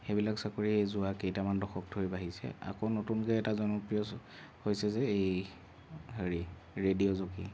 সেইবিলাক চাকৰি যোৱা কেইটামান দশক ধৰি বাঢ়িছে আকৌ নতুনকে এটা জনপ্ৰিয় হৈছে যে এই হেৰি ৰেডিঅ' জকি